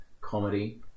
comedy